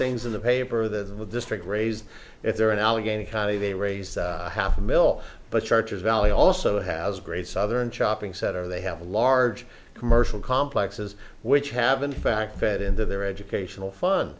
things in the paper the district raised if they're in allegheny county they raise half a mill but charters value also has great southern shopping center they have a large commercial complexes which have an impact fed into their educational fun